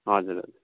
हजुर हजुर